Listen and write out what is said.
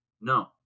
No